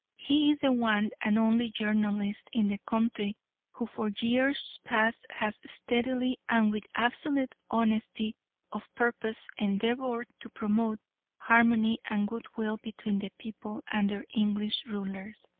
he is the one and only journalist in the country who for years past has steadily and with absolute honesty of purpose endeavoured to promote harmony and goodwill between the people and their english rulers.